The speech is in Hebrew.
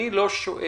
אני לא שואל